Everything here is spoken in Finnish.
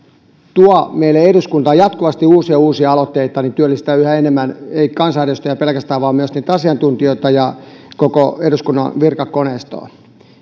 tuo meille eduskuntaan jatkuvasti uusia ja uusia aloitteita työllistää yhä enemmän ei pelkästään kansanedustajia vaan myös asiantuntijoita ja koko eduskunnan virkakoneistoa